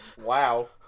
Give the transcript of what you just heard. Wow